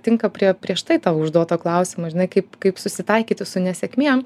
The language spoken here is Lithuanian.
tinka prie prieš tai tavo užduoto klausimo žinai kaip kaip susitaikyti su nesėkmėm